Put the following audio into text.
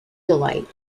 delight